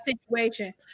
situation